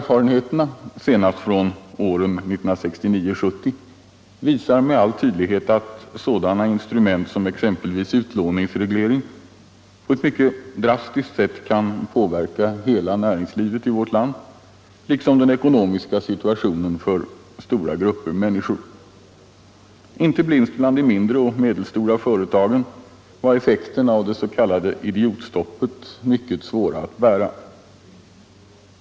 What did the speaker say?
Erfarenheterna — senast från åren 1969-1970 — visar med all tydlighet att sådana instrument som exempelvis utlåningsreglering på ett mycket drastiskt sätt kan påverka hela näringslivet i vårt land, liksom den ekonomiska situationen för stora grupper människor. Inte minst bland de mindre och medelstora företagen var effekten av det s.k. idiotstoppet mycket svåra att bära.